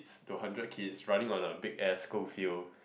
to hundred kids running on a big ass school field